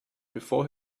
before